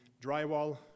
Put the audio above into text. drywall